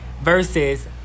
versus